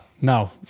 No